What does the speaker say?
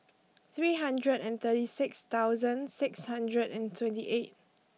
three hundred and thirty six thousand six hundred and twenty eight